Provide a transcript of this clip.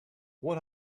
what